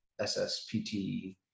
SSPT